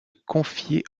confier